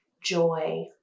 joy